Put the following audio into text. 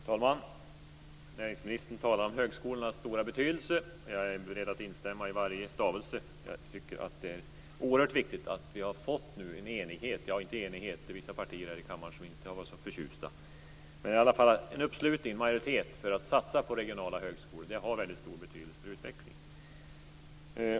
Herr talman! Näringsministern talar om högskolornas stora betydelse. Jag är beredd att instämma i varje stavelse. Jag tycker att det är oerhört viktigt att vi nu nått om inte en enighet - vissa partier här i kammaren har inte varit så förtjusta - så i varje fall en uppslutning kring och en majoritet för att satsa på regionala högskolor. Det har väldigt stor betydelse för utvecklingen.